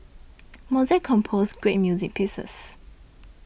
Mozart composed great music pieces